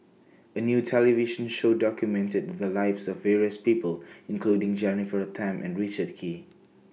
A New television Show documented The Lives of various People including Jennifer Tham and Richard Kee